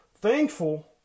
Thankful